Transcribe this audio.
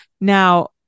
now